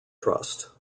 trust